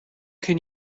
can